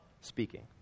speaking